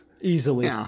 Easily